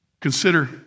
Consider